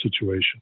situation